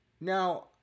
Now